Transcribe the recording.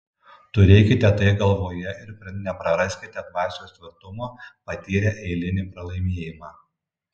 turėkite tai galvoje ir nepraraskite dvasios tvirtumo patyrę eilinį pralaimėjimą